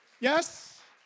Yes